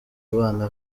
abana